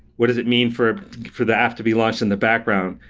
what is it mean for for the app to be launched in the background?